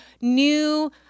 new